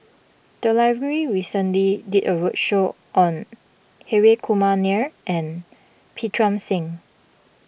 the library recently did a roadshow on Hri Kumar Nair and Pritam Singh